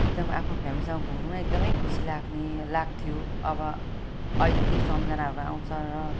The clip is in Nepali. एकदम आफ्नो फ्यामिलीसँग घुम्नु नै एकदम खुसी लाग्ने लाग्थ्यो अब अहिले त्यो सम्झनाहरू आउँछ र